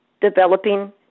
developing